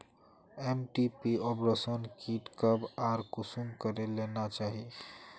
MTP abortion kit कब आर कुंसम करे लेना चही?